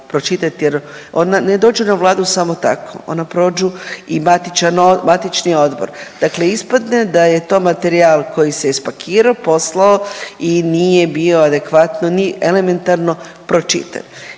pročitat jer ona ne dođu na Vladu samo tako, ona prođu i matičan, matični odbor, dakle ispadne da je to materijal koji se je spakirao, poslao i nije bio adekvatno ni elementarno pročitan.